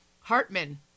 Hartman